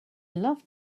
love